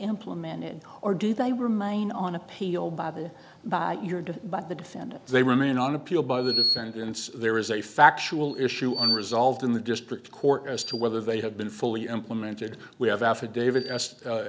implemented or do they remain on appeal by the by you're done by the defendant they remain on appeal by the defendants there is a factual issue unresolved in the district court as to whether they have been fully implemented we have affidavit